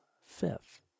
fifth